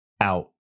out